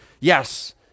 Yes